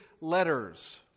letters